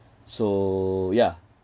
so yeah